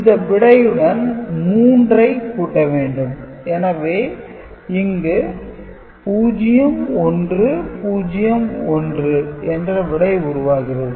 இந்த விடையுடன் 3 ஐக் கூட்ட வேண்டும் எனவே இங்கு 0101 என்ற விடை உருவாகிறது